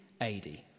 AD